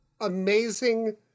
amazing